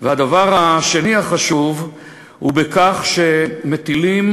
והדבר השני החשוב הוא בכך שמטילים